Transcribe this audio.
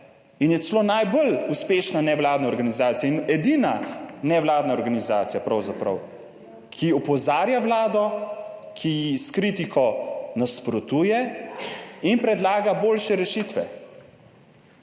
in je celo najbolj uspešna nevladna organizacija in edina nevladna organizacija pravzaprav, ki opozarja Vlado, ki ji s kritiko nasprotuje in predlaga boljše rešitve